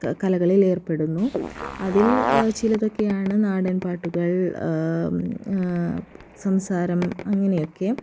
കലകളിൽ ഏർപ്പെടുന്നു അതിൽ ചിലതൊക്കെയാണ് നാടൻപാട്ടുകൾ സംസാരം അങ്ങനെയൊക്കെ